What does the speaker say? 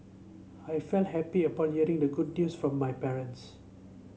I felt happy upon hearing the good news from my parents